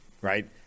right